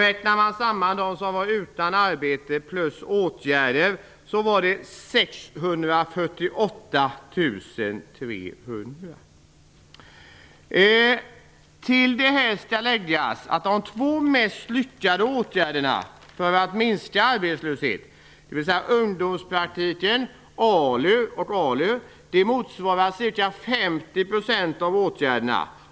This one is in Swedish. Räknar man samman dem som var utan arbete med dem som befann sig i åtgärder var det 648 300. Till det här skall läggas att de två mest lyckade åtgärderna för att minska arbetslösheten, dvs. ungdomspraktiken och ALU, motsvarar ca 50 % av åtgärderna.